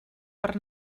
per